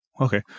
Okay